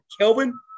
Kelvin